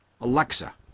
Alexa